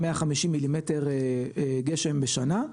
150 מילימטר גשם בשנה,